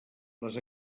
les